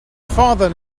father